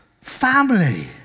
Family